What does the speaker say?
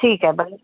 ठीकु आहे भले